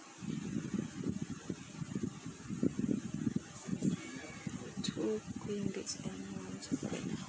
two queen beds and one child